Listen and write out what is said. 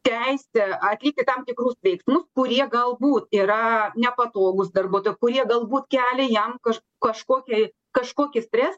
teisę atlikti tam tikrus veiksmus kurie galbūt yra nepatogūs darbuotojui kurie galbūt kelia jam kaž kažkokį kažkokį stres